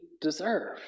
deserve